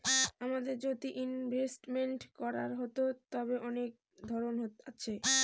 আমাদের যদি ইনভেস্টমেন্ট করার হতো, তবে অনেক ধরন আছে